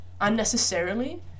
unnecessarily